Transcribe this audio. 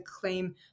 claim